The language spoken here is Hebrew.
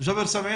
אפשר גם טלפונית.